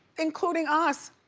including us!